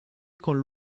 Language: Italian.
con